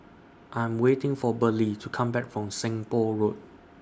I Am waiting For Burley to Come Back from Seng Poh Road